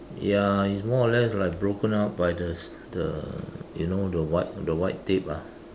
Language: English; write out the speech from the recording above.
ya is more or less like broken up by the the you know the white the white tape ah